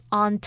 on